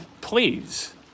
please